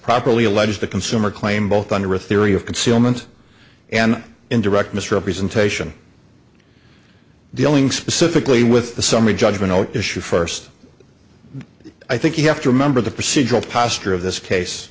properly alleged the consumer claim both under a theory of concealment and in direct misrepresentation dealing specifically with the summary judgment or issue first i think you have to remember the procedural posture of this case